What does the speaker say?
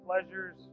pleasures